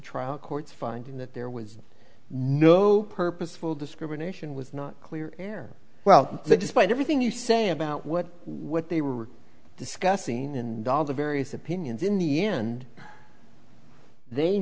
trial court's finding that there was no purposeful discrimination was not clear air well the despite everything you say about what what they were discussing and all the various opinions in the end they